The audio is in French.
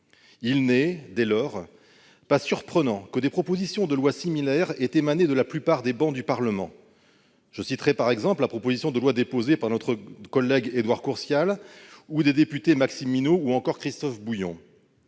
Il n'est, dès lors, pas surprenant que des propositions de loi similaires aient émané de la plupart des bancs du Parlement. Je citerai, par exemple, la proposition de loi déposée par notre collègue Édouard Courtial, ou celles des députés Maxime Minot et Christophe Bouillon.